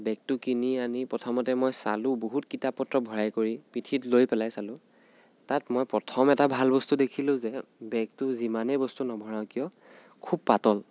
বেগটো কিনি আনি প্ৰথমতে মই চালোঁ বহুত কিতাপ পত্ৰ ভৰাই কৰি পিঠিত লৈ পেলাই চালোঁ তাত মই প্ৰথম এটা ভাল বস্তু দেখিলোঁ যে বেগটোত যিমানেই বস্তু নভৰাওঁ কিয় খুব পাতল